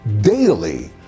daily